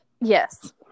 Yes